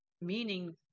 meaning